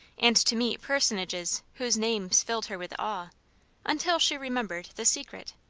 and to meet personages whose names filled her with awe until she remembered the secret.